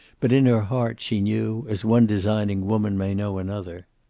but in her heart she knew, as one designing woman may know another.